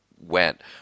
went